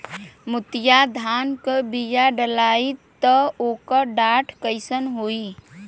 मोतिया धान क बिया डलाईत ओकर डाठ कइसन होइ?